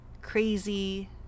crazy